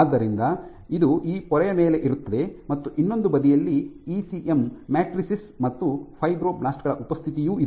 ಆದ್ದರಿಂದ ಇದು ಈ ಪೊರೆಯ ಮೇಲೆ ಇರುತ್ತದೆ ಮತ್ತು ಇನ್ನೊಂದು ಬದಿಯಲ್ಲಿ ಇಸಿಎಂ ಮ್ಯಾಟ್ರಿಸೈಸ್ ಮತ್ತು ಫೈಬ್ರೊಬ್ಲಾಸ್ಟ್ ಗಳ ಉಪಸ್ಥಿತಿಯೂ ಇದೆ